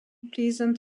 pleasant